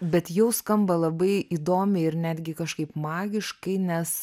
bet jau skamba labai įdomiai ir netgi kažkaip magiškai nes